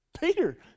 Peter